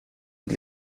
att